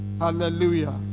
Hallelujah